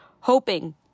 hoping